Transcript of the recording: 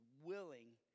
willing